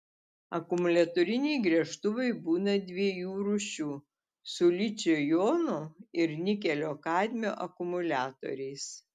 akumuliatoriniai gręžtuvai būna dviejų rūšių su ličio jonų ir nikelio kadmio akumuliatoriais